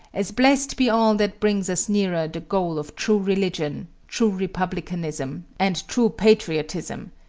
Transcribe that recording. as blessed be all that brings us nearer the goal of true religion, true republicanism, and true patriotism,